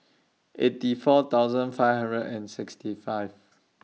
eighty four thousand five hundred and sixty five